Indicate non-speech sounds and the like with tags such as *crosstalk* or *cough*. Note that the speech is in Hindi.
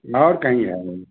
और कहीं है *unintelligible*